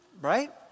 Right